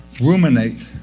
ruminate